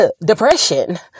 depression